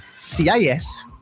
CIS